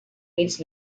meets